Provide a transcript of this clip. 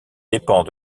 dépend